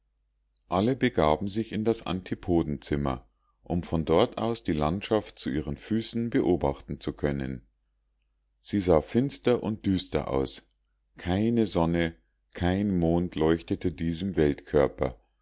alle begaben sich in das antipodenzimmer um von dort aus die landschaft zu ihren füßen beobachten zu können sie sah finster und düster aus keine sonne kein mond leuchtete diesem